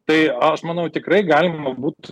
tai aš manau tikrai galima būt